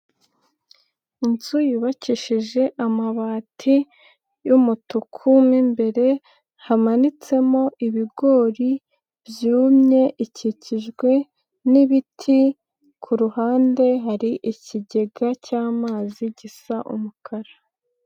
Inzu yubakishije amabati y'umutuku mo imbere hamanitsemo ibigori byumye, ikikijwe n'ibiti, ku ruhande hari ikigega cy'amazi gisa umukara.